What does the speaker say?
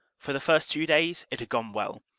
for the first two days it had gone well,